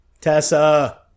Tessa